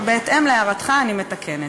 בהתאם להערתך, אני מתקנת.